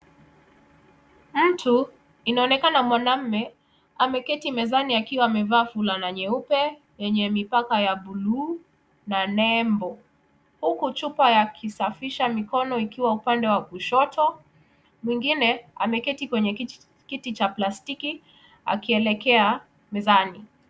Mtu inaonekana mwanaume ameketi mezani akiwa amevalia fulana nyeupe yenye mipaka ya blue na nembo. Huku chupa ya kisafisha mikono ikiwa upande wa kushoto. Mwengine ameketi kwenye kiti cha plastiki akiangalia mezani.